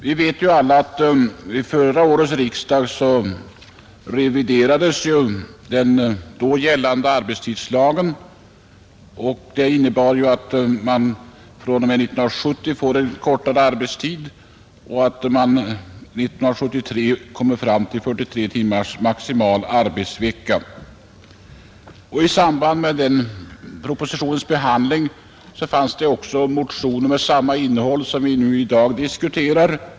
Vi vet ju alla att vid förra årets riksdag reviderades den då gällande arbetstidslagen, Det innebar att man fr.o.m. 1970 fått en kortare arbetstid, och att man 1973 kommer fram till 40 timmars maximal arbetsvecka. I samband med den propositionens behandling fanns motioner med samma innehåll som vi nu i dag diskuterar.